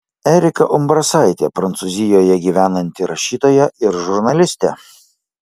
erika umbrasaitė prancūzijoje gyvenanti rašytoja ir žurnalistė